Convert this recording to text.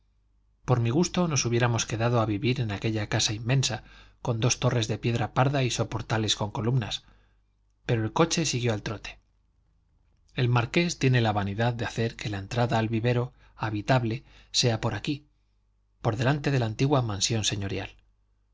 por mi gusto nos hubiéramos quedado a vivir en aquella casa inmensa con dos torres de piedra parda y soportales con columnas pero el coche siguió al trote el marqués tiene la vanidad de hacer que la entrada al vivero habitable sea por aquí por delante de la antigua mansión señorial